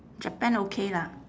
japan okay lah